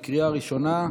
בקריאה ראשונה.